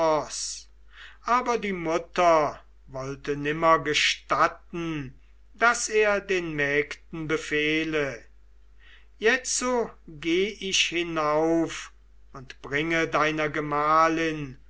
aber die mutter wollte nimmer gestatten daß er den mägden befehle jetzo geh ich hinauf und bringe deiner gemahlin